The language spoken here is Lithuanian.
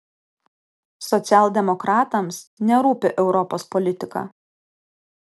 socialdemokratams nerūpi europos politika